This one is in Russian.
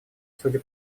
судя